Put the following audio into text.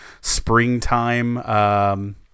springtime